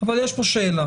אבל יש פה שאלה,